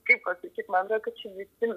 kaip pasakyt man atrodo kad čia visi